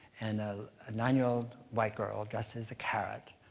and a nine-year-old white girl dressed as a carrot,